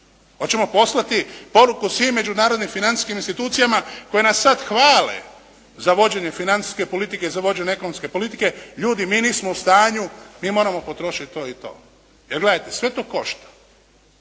Hoćemo poslati poruku svim međunarodnim financijskim institucijama koje nas sad hvale za vođenje financijske politike, za vođenje ekonomske politike. Ljudi mi nismo u stanju. Mi moramo potrošiti to i to. Jer gledajte sve to košta.